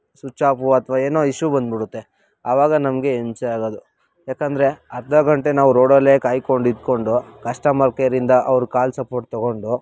switch off ಅಥವಾ ಏನೋ issue ಬಂದುಬಿಡುತ್ತೆ ಆವಾಗ ನಮಗೆ ಹಿಂಸೆ ಆಗೋದು ಯಾಕಂದರೆ ಅರ್ಧ ಗಂಟೆ ನಾವು ರೋಡಲ್ಲೇ ಕಾಯ್ಕೊಂಡು ಇದ್ದುಕೊಂಡು ಕಶ್ಟಮರ್ ಕೇರಿಂದ ಅವ್ರ ಕಾಲ್ ಸಪೋರ್ಟ್ ತೊಗೊಂಡು